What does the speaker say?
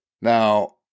Now